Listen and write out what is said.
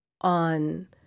on